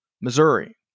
Missouri